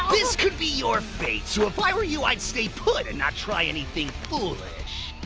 this could be your fate! so if i were you, i'd stay put and not try anything foolish.